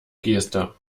geste